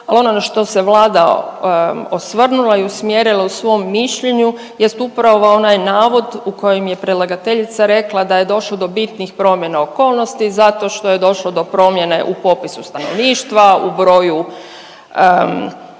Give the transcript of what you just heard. Ono na što se Vlada osvrnula i usmjerila u svom mišljenju jest upravo onaj navod u kojem je predlagateljica rekla da je došlo do bitnih promjena okolnosti zato što je došlo do promjene u popisu stanovništva, u broju pripadnika